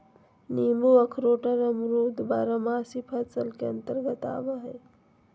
नींबू अखरोट आर अमरूद बारहमासी फसल के अंतर्गत आवय हय